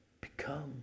Become